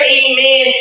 amen